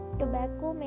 tobacco